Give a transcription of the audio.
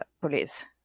police